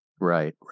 Right